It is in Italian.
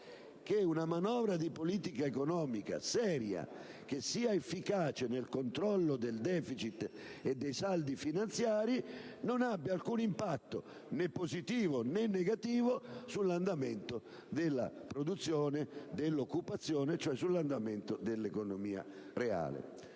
che una manovra di politica economica seria, efficace nel controllo del deficit e dei saldi finanziari, non abbia alcun impatto, né positivo né negativo, sull'andamento della produzione e dell'occupazione, ossia sull'andamento dell'economia reale.